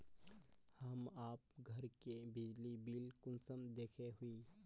हम आप घर के बिजली बिल कुंसम देखे हुई?